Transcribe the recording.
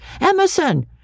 Emerson